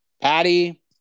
Patty